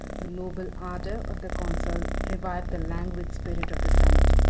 the noble ardor of the consul revived the languid spirit of the senate.